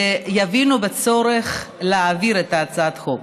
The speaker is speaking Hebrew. ויבינו את הצורך להעביר את הצעת החוק.